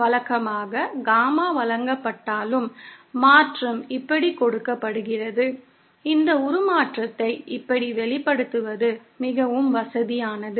வழக்கமாக காமா வழங்கப்பட்டாலும் மாற்றம் இப்படி கொடுக்கப்படுகிறது இந்த உருமாற்றத்தை இப்படி வெளிப்படுத்துவது மிகவும் வசதியானது